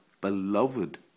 beloved